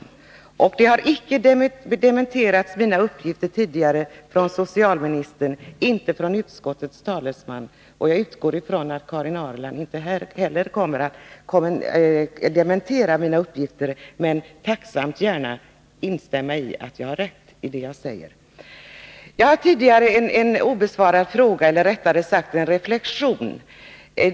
Mina uppgifter har inte dementerats tidigare av vare sig socialministern eller av utskottets talesman. Jag utgår från att Karin Ahrland inte heller kommer att dementera mina uppgifter, men gärna tacksamt instämmer i att jag har rätt i det jag säger. Jag har sedan tidigare en obesvarad fråga, eller rättare sagt en reflexion.